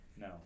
no